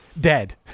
dead